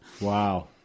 Wow